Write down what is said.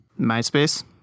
MySpace